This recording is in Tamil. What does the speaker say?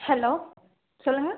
ஹலோ சொல்லுங்கள்